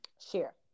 share